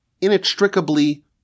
inextricably